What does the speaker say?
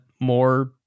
more